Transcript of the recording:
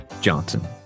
Johnson